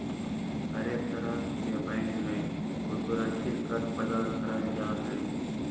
हरेक तरह के बैंक मे असुरक्षित कर्ज प्रदान करल जा हय